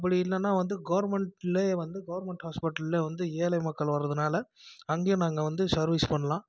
அப்படி இல்லைனா வந்து கவர்மெண்ட்டுலேயே வந்து கவர்மெண்ட் ஹாஸ்பிட்டலில் வந்து ஏழை மக்கள் வர்றதினால அங்கேயும் நாங்கள் வந்து சர்வீஸ் பண்ணலாம்